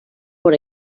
por